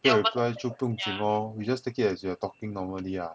不要 reply 就不用紧 lor we just take it as we are talking normally lah